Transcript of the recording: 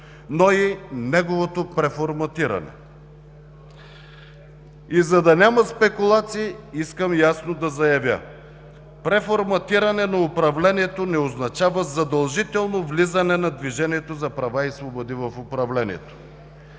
но и неговото преформатиране. И за да няма спекулации, искам ясно да заявя: преформатиране на управлението не означава задължително влизане на „Движението на права и свободи“ в управлението.